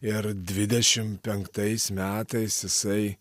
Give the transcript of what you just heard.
ir dvidešim penktais metais jisai